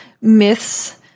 myths